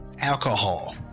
alcohol